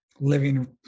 living